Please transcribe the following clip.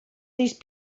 these